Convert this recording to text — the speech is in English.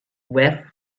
wreath